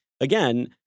again